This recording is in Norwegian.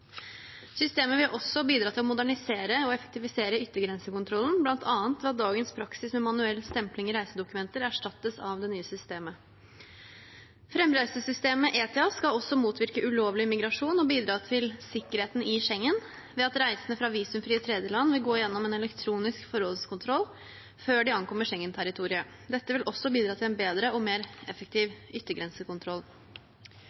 Systemet vil også bidra til å modernisere og effektivisere yttergrensekontrollen, bl.a. ved at dagens praksis med manuell stempling av reisedokumenter erstattes av det nye systemet. Fremreisesystemet, ETIAS, skal også motvirke ulovlig migrasjon og bidra til sikkerheten i Schengen ved at reisende fra visumfrie tredjeland vil gå igjennom en elektronisk forhåndskontroll før de ankommer Schengen-territoriet. Dette vil også bidra til en bedre og mer effektiv